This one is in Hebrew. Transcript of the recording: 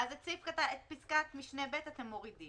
אז את פסקת משנה (ב) אתם מורידים.